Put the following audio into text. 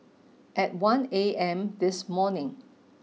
at one A M this morning